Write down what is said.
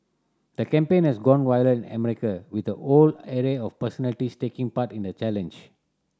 the campaign has gone viral in America with a whole array of personalities taking part in the challenge